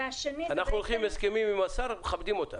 אנחנו הולכים על הסכמים עם השר, ומכבדים אותם.